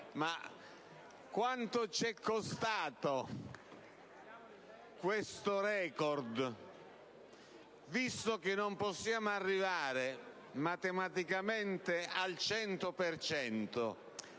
Ma quanto ci è costato questo *record*? E visto che non possiamo arrivare matematicamente al cento